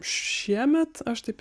šiemet aš taip